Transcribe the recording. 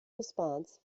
response